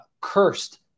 cursed